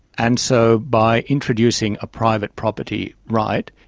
and so by introducing a private property right,